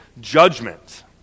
judgment